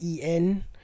en